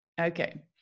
okay